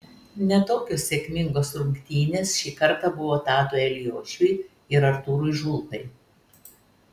ne tokios sėkmingos rungtynės šį kartą buvo tadui eliošiui ir artūrui žulpai